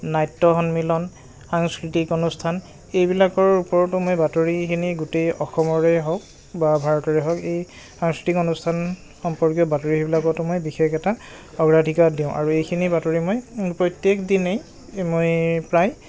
নাট্য সন্মিলন সাংস্কৃতিক অনুষ্ঠান এইবিলাকৰ ওপৰতো মই বাতৰিখিনি গোটেই অসমৰে হওক বা ভাৰতৰে হওক এই সাংস্কৃতিক অনুষ্ঠান সম্পৰ্কীয় বাতৰিবিলাকতো মই বিশেষ এটা অগ্ৰাধিকাৰ দিওঁ আৰু এইখিনি বাতৰি মই প্ৰত্যেক দিনেই মই প্ৰায়